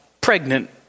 pregnant